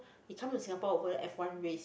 he come to Singapore over the F one race